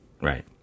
Right